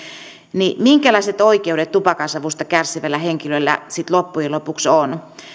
niin minkälaiset oikeudet tupakansavusta kärsivällä henkilöllä sitten loppujen lopuksi on